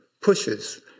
pushes